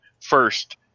first